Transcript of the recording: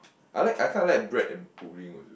I like I kind of like bread and pudding also